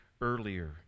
earlier